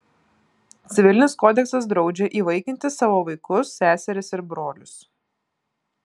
civilinis kodeksas draudžia įvaikinti savo vaikus seserys ir brolius